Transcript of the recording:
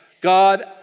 God